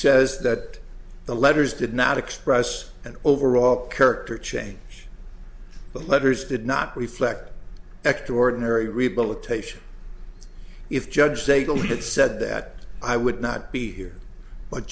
says that the letters did not express an overall character change but letters did not reflect extraordinary rehabilitation if judge they believe it said that i would not be here but